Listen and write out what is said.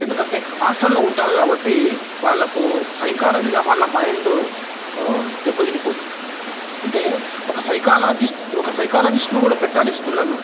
ఎందుకంటే హాస్టల్లో ఉంటారు కాబట్టి వాళ్లకు సైకాలజీగా వాళ్ళ మైండు దెబ్బతినిపోతుంది అంటే ఒక సైకాలజిస్ట్ సైకాలజిస్ట్ను కూడా పెట్టాలి స్కూల్లల్లో